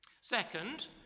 Second